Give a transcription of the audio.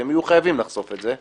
והם יהיו חייבים לחשוף את זה,